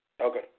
Okay